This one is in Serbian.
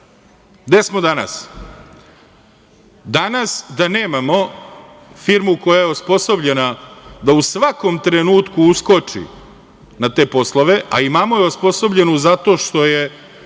Gde smo danas? Danas da nemamo firmu koja je osposobljena da u svakom trenutku uskoči na te poslove, a imamo je osposobljenu zato što je